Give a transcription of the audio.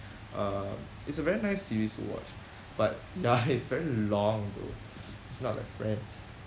uh it's a very nice series to watch but ya it's very long though it's not like friends